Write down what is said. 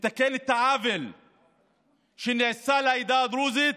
לתקן את העוול שנעשה לעדה הדרוזית